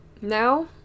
now